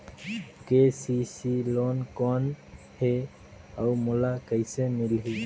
KCC loan कौन हे अउ मोला कइसे मिलही?